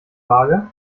waage